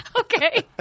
Okay